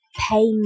pay